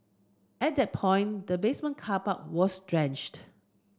at that point the basement car park was drenched